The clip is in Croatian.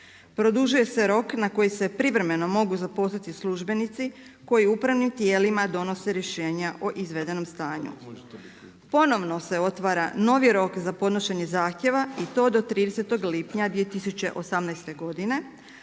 Produžuje se rok na koji se privremeno mogu zaposliti službenici koji upravnim tijelima donose rješenja o izvedenom stanju. Ponosno se otvara novi rok za podnošenje zahtjeva i to do 30. lipnja 2018. godine